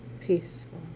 peaceful